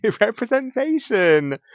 Representation